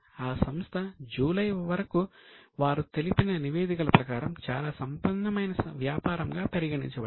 ఆ సంస్థ జూలై వరకు వారు తెలిపిన నివేదికల ప్రకారం చాలా సంపన్నమైన వ్యాపారం గా పరిగణించబడింది